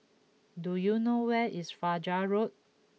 do you know where is Fajar Road